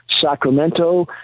Sacramento